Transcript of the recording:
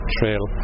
Trail